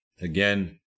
Again